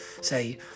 say